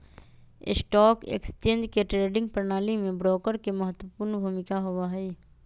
stock exchange के trading प्रणाली में ब्रोकर के महत्वपूर्ण भूमिका होबा हई